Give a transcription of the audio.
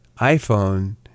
iPhone